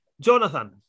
Jonathan